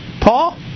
Paul